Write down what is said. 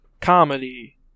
comedy